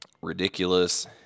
ridiculous